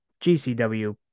GCW